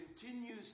continues